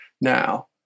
now